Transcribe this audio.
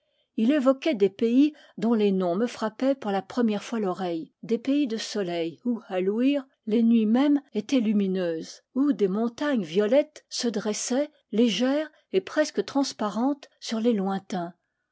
évo quait des pays dont les noms me frappaient pour la première fois l'oreille des pays de soleil où à l'ouïr les nuits mêmes étaient lumineuses où des montagnes violettes se dres saient légères et presque transparentes sur les lointains